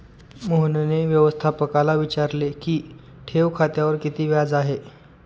मोहनने व्यवस्थापकाला विचारले की ठेव खात्यावर किती व्याज आहे?